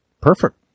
Perfect